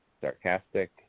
sarcastic